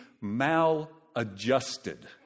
maladjusted